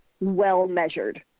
well-measured